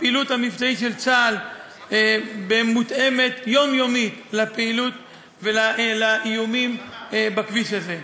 הפעילות המבצעית של צה"ל מותאמת יומיומית לפעילות ולאיומים בכביש הזה.